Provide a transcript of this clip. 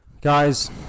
Guys